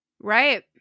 Right